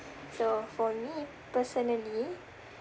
so for me personally